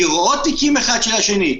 לראות תיקים אחד של השני.